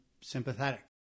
sympathetic